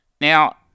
Now